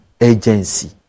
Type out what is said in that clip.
agency